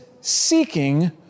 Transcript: seeking